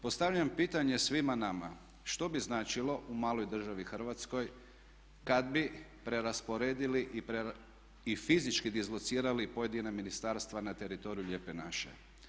Postavljam pitanje svima nama što bi značilo u maloj državi Hrvatskoj kad bi prerasporedili i fizički dislocirali pojedina ministarstva na teritoriju Lijepe naše.